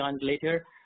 later